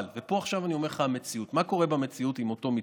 אבל מה קורה במציאות עם אותו מתווה?